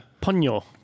Ponyo